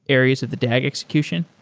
areas of the dag execution?